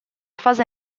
fase